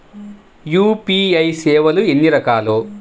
UPI సేవలు ఎన్నిరకాలు?